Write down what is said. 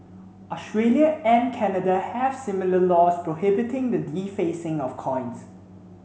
Australia and Canada have similar laws prohibiting the defacing of coins